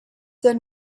then